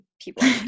people